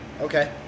okay